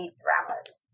dramas